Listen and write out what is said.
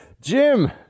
Jim